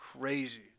crazy